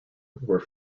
were